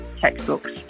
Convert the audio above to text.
textbooks